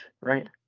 right